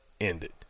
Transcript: ended